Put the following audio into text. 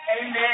Amen